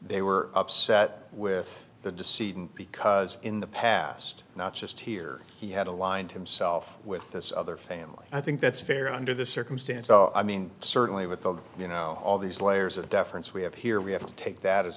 they were upset with the decision because in the past not just here he had aligned himself with this other family i think that's fair under the circumstances i mean certainly with the you know all these layers of deference we have here we have to take that as